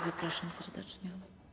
Zapraszam serdecznie.